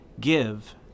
Give